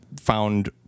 found